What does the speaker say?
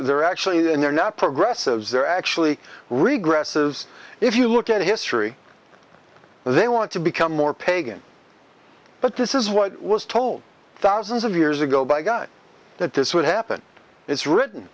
they're actually and they're not progressives they're actually regressive if you look at history they want to become more pagan but this is what was told thousands of years ago by god that this would happen it's written